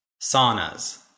saunas